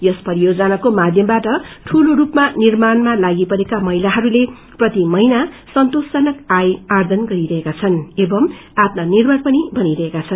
यस परियोजनाको माध्यमबाट ठूलो रूपमा निर्माणमा लागिपरेका महिलाहरूले प्रति महिना सन्तेषजनक आय आर्जन गर्दछन् एवं आत्मनिर्भर पनि बनिरहेका छन्